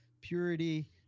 purity